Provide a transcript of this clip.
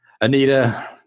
Anita